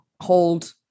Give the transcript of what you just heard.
hold